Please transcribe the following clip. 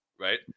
right